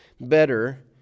better